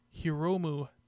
Hiromu